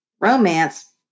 Romance